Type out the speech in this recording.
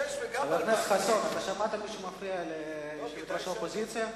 שמעת מישהו מפריע לראש האופוזיציה?